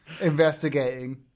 investigating